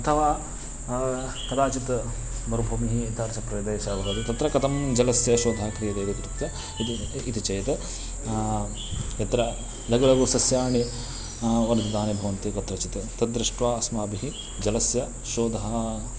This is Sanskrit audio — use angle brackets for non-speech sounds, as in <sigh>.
अथवा कदाचित् मरुभूमिः एतादृशप्रदेशः भवति तत्र कतं जलस्य शोधः क्रियते इति कृत्वा <unintelligible> इति चेत् यत्र लघु लघु सस्याणि वर्धितानि भवन्ति कुत्रचित् तद्दृष्ट्वा अस्माभिः जलस्य शोधः